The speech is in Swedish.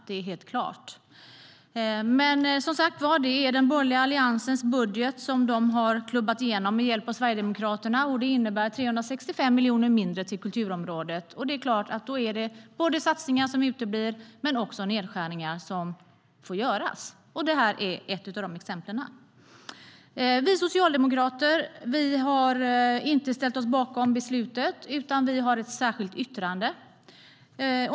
Det är helt klart. Men, som sagt var, det är den borgerliga alliansens budget som de har klubbat igenom med hjälp av Sverigedemokraterna. Det innebär 365 miljoner mindre till kulturområdet, och det är klart att det då är satsningar som uteblir men också nedskärningar som får göras. Det här är ett exempel. Vi socialdemokrater har inte ställt oss bakom beslutet, utan vi har ett särskilt yttrande.